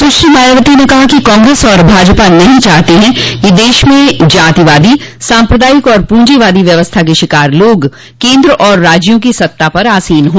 सुश्री मायावती ने कहा कि कांग्रेस और भाजपा नहीं चाहते हैं कि देश में जातिवादी साम्प्रदायिक और पूंजीवादी व्यवस्था के शिकार लोग केन्द्र और राज्यों की सत्ता पर आसीन हो